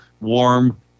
warm